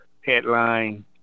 headline